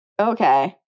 Okay